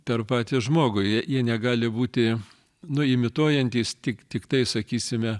per patį žmogų jie jie negali būti nu imituojantys tik tiktai sakysime